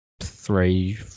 three